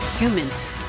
Humans